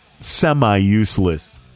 semi-useless